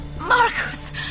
Marcus